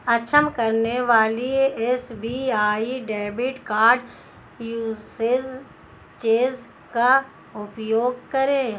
अक्षम करने वाले SBI debit card usage change का उपयोग करें